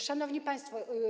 Szanowni Państwo!